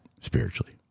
spiritually